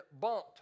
bumped